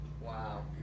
Wow